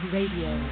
Radio